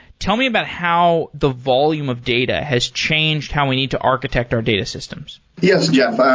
tell me about how the volume of data has changed how we need to architect our data systems yes, jeff. ah